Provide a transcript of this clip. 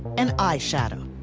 and eyeshadow.